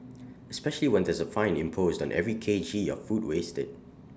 especially when there's A fine imposed on every K G of food wasted